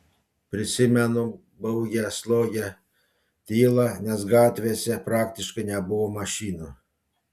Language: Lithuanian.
prisimenu baugią slogią tylą nes gatvėse praktiškai nebuvo mašinų